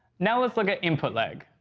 now let's look at input lag.